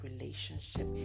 relationship